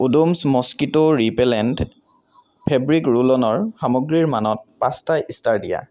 Odomos mosquito repellent fabric roll অ'নৰ সামগ্ৰীৰ মানত পাঁচটা ইষ্টাৰ দিয়া